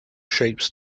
shapes